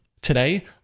Today